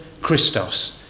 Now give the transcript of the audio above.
Christos